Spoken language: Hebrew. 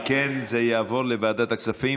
אם כן, זה יעבור לוועדת הכספים.